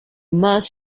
must